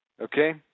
Okay